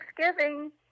Thanksgiving